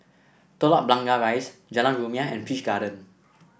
Telok Blangah Rise Jalan Rumia and Peach Garden